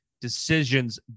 decisions